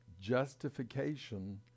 justification